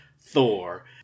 Thor